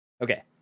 Okay